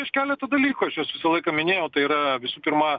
iš keleto dalykų aš juos visą laiką minėjau tai yra visų pirma